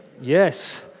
yes